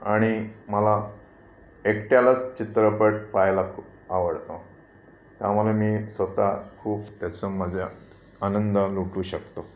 आणि मला एकट्यालाच चित्रपट पाहायला खूप आवडतो त्यामुळे मी स्वत खूप त्याचं मजा आनंद लुटू शकतो